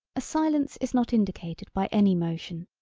a silence is not indicated by any motion,